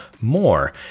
more